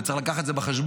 וצריך לקחת את זה בחשבון,